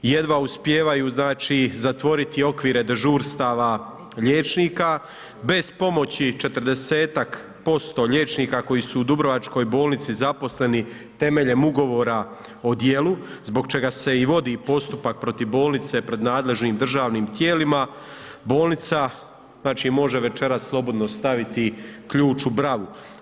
Jedva uspijevaju znači zatvoriti okvire dežurstava liječnika bez pomoći 40-ak posto liječnika koji su u Dubrovačkoj bolnici zaposleni temeljem ugovora o djelu zbog čega se i vodi postupak protiv bolnice pred nadležnim državnim tijelima, bolnica znači može večeras slobodno staviti ključ u bravu.